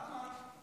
למה?